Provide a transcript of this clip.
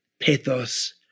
Pathos